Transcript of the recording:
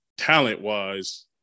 talent-wise